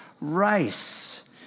race